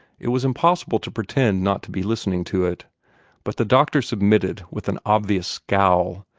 it was impossible to pretend not to be listening to it but the doctor submitted with an obvious scowl,